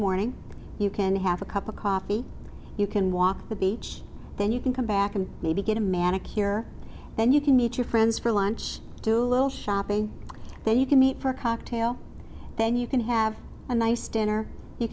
morning you can have a cup of coffee you can walk the beach then you can come back and maybe get a manicure here then you can meet your friends for lunch do a little shopping then you can meet for cocktails then you can have a nice dinner you